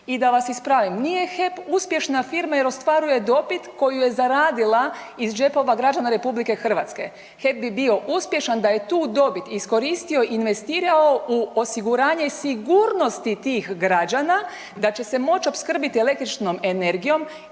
I da vas ispravim, nije HEP uspješna firma jer ostvaruje dobit koju je zaradila iz džepova građana RH. HEP bi bio uspješan da je tu dobit iskoristio i investirao u osiguranje i sigurnosti tih građana da će se moći opskrbiti električnom energijom